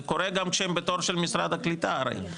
זה קורה גם שהן בתור של משרד הקליטה הרי,